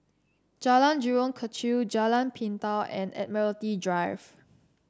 Jalan Jurong Kechil Jalan Pintau and Admiralty Drive